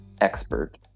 expert